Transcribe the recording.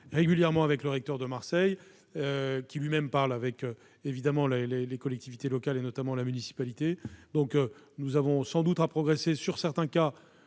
régulièrement avec le recteur de Marseille, qui lui-même parle évidemment avec les collectivités locales, et notamment la municipalité. Nous avons sans doute à progresser sur certains cas,